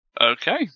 Okay